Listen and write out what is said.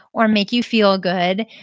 or make you feel good.